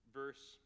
verse